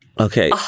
Okay